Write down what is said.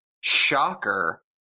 shocker